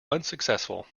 unsuccessful